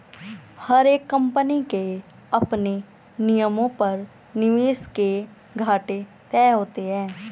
हर एक कम्पनी के अपने नियमों पर निवेश के घाटे तय होते हैं